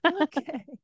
Okay